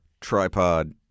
tripod